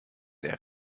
der